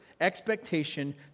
expectation